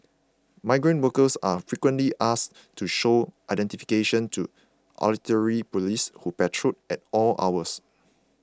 migrant workers are frequently asked to show identification to auxiliary police who patrol at all hours